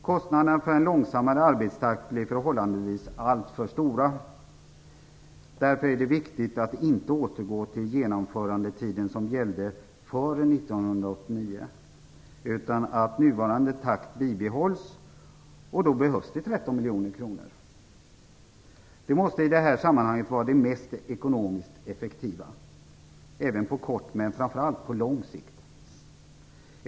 Kostnaderna för en långsammare arbetstakt blir förhållandevis alltför stora. Därför är det viktigt att inte återgå till den genomförandetid som gällde före 1989 utan att nuvarande takt bibehålls. Då behövs det 13 miljoner kronor. Det måste i det här sammanhanget vara det mest ekonomiskt effektiva även på kort, men framför allt på lång sikt.